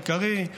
בחוק העיקרי,